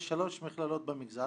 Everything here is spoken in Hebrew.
יש שלוש מכללות במגזר.